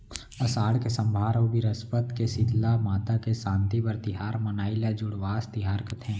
असाड़ के सम्मार अउ बिरस्पत के सीतला माता के सांति बर तिहार मनाई ल जुड़वास तिहार कथें